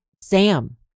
Sam